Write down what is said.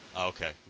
Okay